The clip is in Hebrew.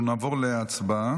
אנחנו נעבור להצבעה.